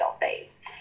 phase